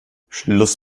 schluss